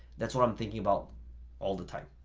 that's what i'm thinking about all the time.